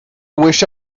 wish